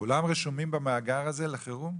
כולם רשומים במאגר הזה לחירום?